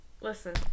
Listen